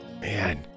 man